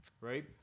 Right